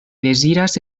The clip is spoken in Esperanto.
deziras